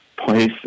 Place